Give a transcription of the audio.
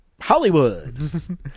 hollywood